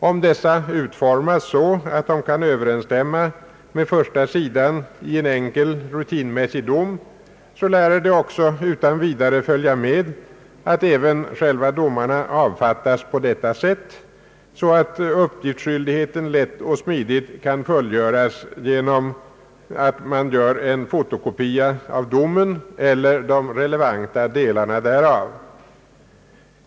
Om dessa utformas så, att de kan överensstämma med första sidan i en enkel rutinmässig dom, lär det också utan vidare följa med, att även själva domarna avfattas på detta sätt, så att uppgiftsskyldigheten lätt och smidigt kan fullgöras genom att man gör en fotokopia av domen eller de relevanta delarna därav.